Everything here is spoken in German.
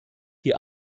die